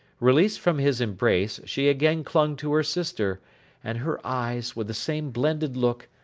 released from his embrace, she again clung to her sister and her eyes, with the same blended look,